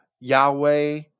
Yahweh